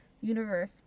universe